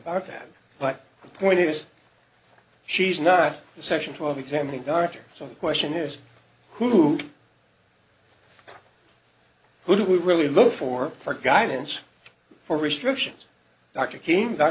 about that but the point is she's not the session twelve examining doctor so the question is who would we really look for for guidance for restrictions dr ki